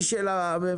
היא של הממשלה,